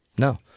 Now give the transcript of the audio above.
No